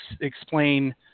explain